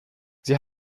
sie